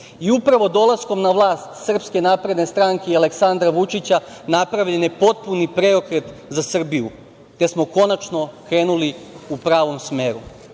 I upravo dolaskom na vlast SNS i Aleksandra Vučića napravljen je potpuni preokret za Srbiju, gde smo konačno krenuli u pravom smeru. Da